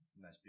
Nice